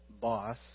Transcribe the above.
boss